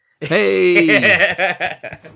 Hey